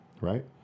right